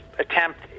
attempt